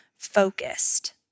focused